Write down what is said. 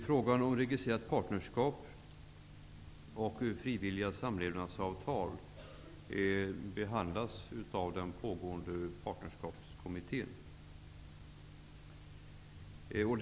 Frågan om registrerat partnerskap och frivilliga samlevnadsavtal behandlas av Partnerskapskommittén, vars arbete pågår.